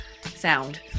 sound